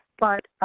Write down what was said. but